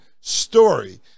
story